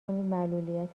بتوانید